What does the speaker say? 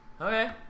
Okay